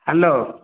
hello